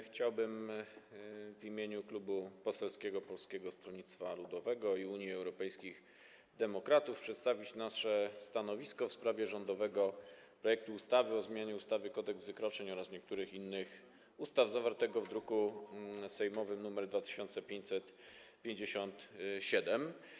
Chciałbym w imieniu Klubu Poselskiego Polskiego Stronnictwa Ludowego - Unii Europejskich Demokratów przedstawić stanowisko w sprawie rządowego projektu ustawy o zmianie ustawy Kodeks wykroczeń oraz niektórych innych ustaw zawartego w druku sejmowym nr 2557.